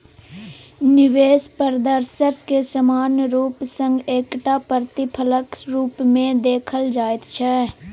निवेश प्रदर्शनकेँ सामान्य रूप सँ एकटा प्रतिफलक रूपमे देखल जाइत छै